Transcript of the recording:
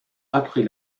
après